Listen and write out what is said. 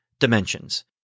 Dimensions